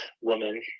woman